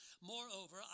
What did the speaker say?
Moreover